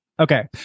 Okay